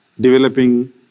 developing